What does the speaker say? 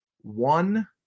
one